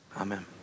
Amen